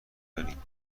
داریم